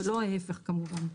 ולא ההיפך כמובן.